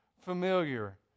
familiar